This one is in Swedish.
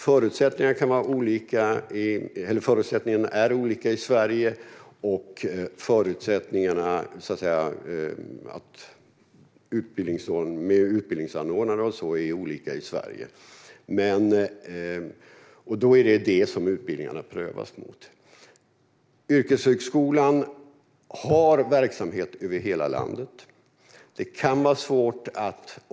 Förutsättningarna för utbildningsanordnare är olika i Sverige. Det är det som utbildningarna prövas mot. Yrkeshögskolan har verksamhet över hela landet.